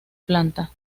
planta